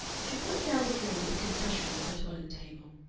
she put down the tray with a concussion on her toilet-table.